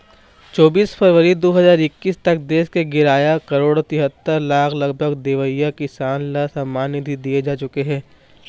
चोबीस फरवरी दू हजार एक्कीस तक देश के गियारा करोड़ तिहत्तर लाख लाभ लेवइया किसान ल सम्मान निधि दिए जा चुके हे